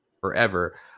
forever